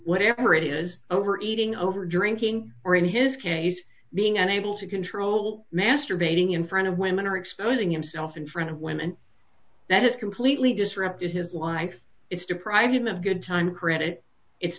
whatever it is overeating overdrinking or in his case being unable to control masturbating in front of women or exposing himself in front of women that has completely disrupted his life it's deprive him of good time credit it's